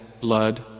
blood